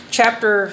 Chapter